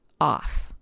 off